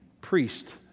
priest